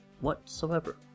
whatsoever